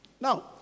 Now